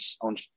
on